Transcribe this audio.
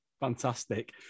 Fantastic